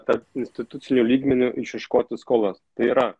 tarpinstituciniu lygmeniu išieškoti skolas tai yra